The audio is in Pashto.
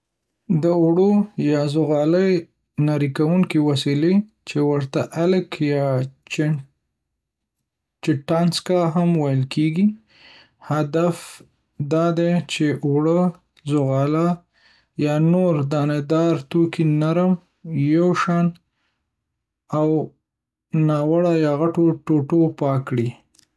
د اوړو یا ذغالې نري کوونکې وسیلې (چې ورته الک یا چڼ - چټاسکه هم ویل کېږي) هدف دا دی چې اوړه، ذغاله یا نور دانه دار توکي نرم، یوشان او له ناوړه یا غټو ټوټو پاک کړي.